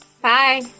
Bye